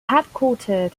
headquartered